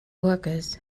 workers